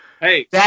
Hey